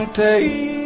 take